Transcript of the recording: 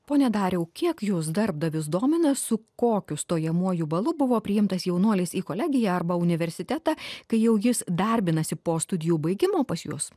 pone dariau kiek jus darbdavius domina su kokiu stojamuoju balu buvo priimtas jaunuolis į kolegiją arba universitetą kai jau jis darbinasi po studijų baigimo pas jus